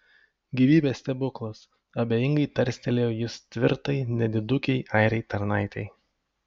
gyvybės stebuklas abejingai tarstelėjo jis tvirtai nedidukei airei tarnaitei